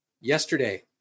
Yesterday